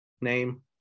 name